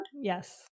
Yes